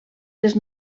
les